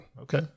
Okay